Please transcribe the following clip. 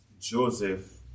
Joseph